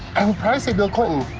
um probably say bill clinton,